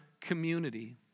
community